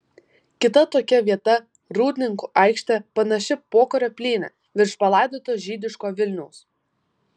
kita tokia vieta rūdninkų aikštė panaši pokario plynė virš palaidoto žydiško vilniaus